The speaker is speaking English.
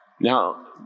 Now